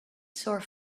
sore